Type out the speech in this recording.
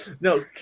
No